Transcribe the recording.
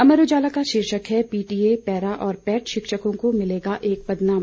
अमर उजाला का शीर्षक है पीटीए पैरा और पैट शिक्षकों को मिलेगा एक पदनाम